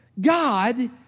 God